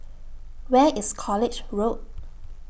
Where IS College Road